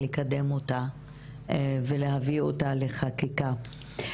דיברתי עכשיו עם האחראים על המקלטים,